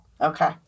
Okay